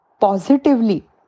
positively